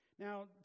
Now